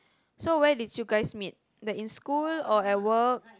so where did you guys meet that in school or at work